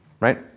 right